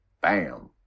Bam